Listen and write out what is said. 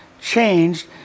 changed